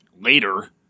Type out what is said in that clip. Later